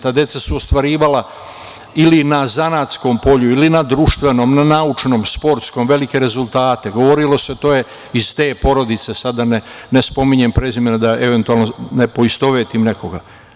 Ta deca su ostvarivala ili na zanatskom polju, ili na društvenom, na naučnom, sportskom velike rezultate, govorilo se - to je iz te porodice, sada da ne spominjem prezimena, pa da ne poistovetim nekoga.